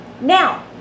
Now